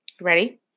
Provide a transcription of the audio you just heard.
Ready